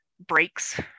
breaks